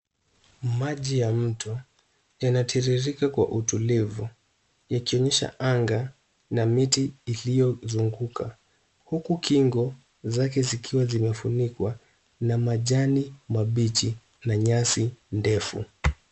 Maji ya mto yanatiririka kwa utulivu yakionyesha anga na miti iliyozunguka huku kingo zake zikiwa zimefunikwa na majani mabichi na nyasi ndefu.